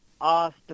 asked